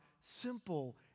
simple